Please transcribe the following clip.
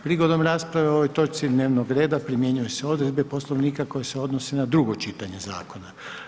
Prigodom rasprave o ovoj točci dnevnog reda primjenjuju se odredbe Poslovnika koje se odnose na drugo čitanje zakona.